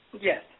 Yes